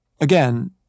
Again